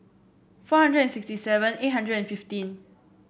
four hundred and sixty seven eight hundred and fifteen